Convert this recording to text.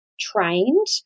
trained